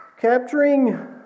capturing